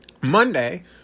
Monday